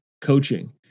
coaching